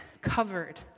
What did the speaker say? covered